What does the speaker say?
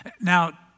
Now